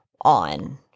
on